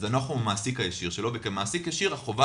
אנחנו המעסיק הישיר שלו וכמעסיק ישיר חובה